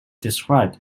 described